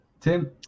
Tim